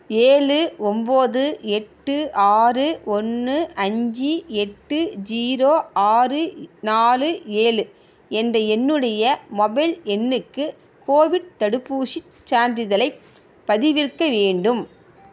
ஏழு ஒன்போது எட்டு ஆறு ஒன்று அஞ்சு எட்டு ஜீரோ ஆறு நாலு ஏழு என்ற என்னுடைய மொபைல் எண்ணுக்கு கோவிட் தடுப்பூசிச் சான்றிதழை பதிவிறக்க வேண்டும்